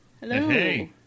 Hello